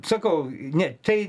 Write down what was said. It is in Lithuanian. sakau ne tai